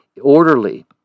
orderly